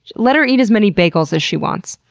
let her eat as many bagels as she wants.